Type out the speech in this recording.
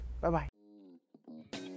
Bye-bye